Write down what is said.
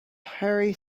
hari